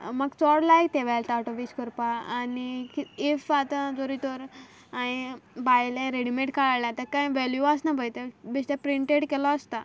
म्हाका चोड लायक तें वेल्थ आवट ऑफ वेस्ट कोरपा आनी इफ आतां जोरी तोर हांयें भायलें रेडीमेड कांय हाडलें तेका कांय वेल्यू आसना पय ते बेश्टें प्रिंटेड केलो आसता